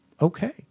okay